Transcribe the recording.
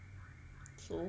so